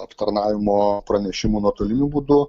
aptarnavimo pranešimų nuotoliniu būdu